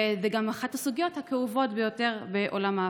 וגם אחת הסוגיות הכאובות ביותר בעולם ההפרטה,